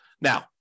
Now